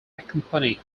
accompanied